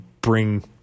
bring